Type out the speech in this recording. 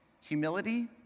humility